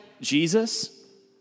Jesus